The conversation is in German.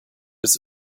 des